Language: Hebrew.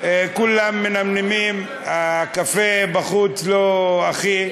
כולם מנמנמים, הקפה בחוץ לא הכי.